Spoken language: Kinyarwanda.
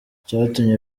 cyatumye